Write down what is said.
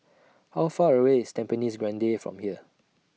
How Far away IS Tampines Grande from here